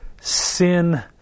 sin